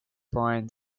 brian